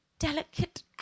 Delicate